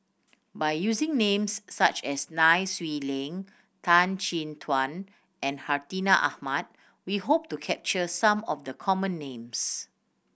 by using names such as Nai Swee Leng Tan Chin Tuan and Hartinah Ahmad we hope to capture some of the common names